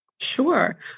Sure